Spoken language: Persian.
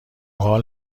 حال